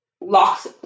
locks